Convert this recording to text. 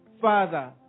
Father